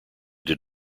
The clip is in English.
did